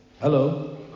Hello